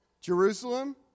Jerusalem